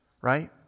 Right